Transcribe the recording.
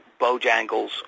Bojangles